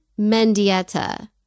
Mendieta